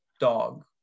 dog